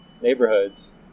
neighborhoods